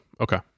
Okay